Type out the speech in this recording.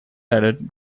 added